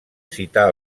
citar